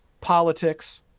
politics